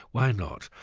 why not?